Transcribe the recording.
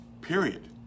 period